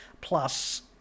plus